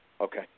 okay